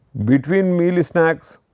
between meal snacks,